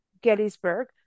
Gettysburg